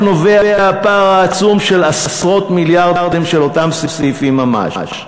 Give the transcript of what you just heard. נובע הפער העצום של עשרות מיליארדים של אותם סעיפים ממש,